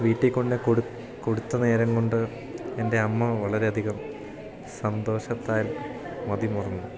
വീട്ടിൽ കൊണ്ട് കൊടുത്ത നേരം കൊണ്ട് എൻ്റെ അമ്മ വളരെ അധികം സന്തോഷത്താൽ മതിമറന്നു